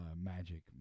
Magic